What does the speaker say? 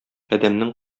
адәмнең